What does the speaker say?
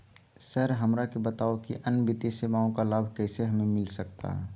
Sir हमरा के बताओ कि अन्य वित्तीय सेवाओं का लाभ कैसे हमें मिलता सकता है?